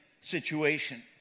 situation